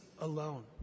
alone